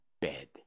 bed